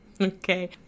okay